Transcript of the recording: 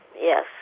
Yes